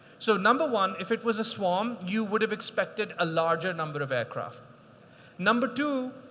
so number one, if it was a swarm, you would have expected a larger number of aircraft number two,